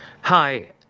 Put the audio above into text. Hi